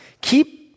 Keep